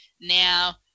Now